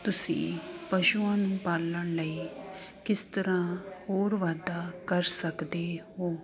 ਤੁਸੀਂ ਪਸ਼ੂਆਂ ਨੂੰ ਪਾਲਣ ਲਈ ਕਿਸ ਤਰ੍ਹਾਂ ਹੋਰ ਵਾਧਾ ਕਰ ਸਕਦੇ ਹੋ